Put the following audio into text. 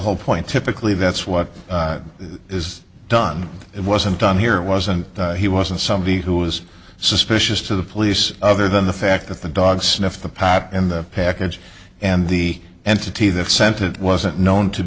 whole point typically that's what is done it wasn't done here wasn't he wasn't somebody who was suspicious to the police other than the fact that the dog sniffed the pad and the package and the entity that sent it wasn't known to